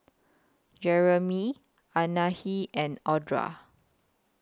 Jereme Anahi and Audra